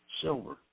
silver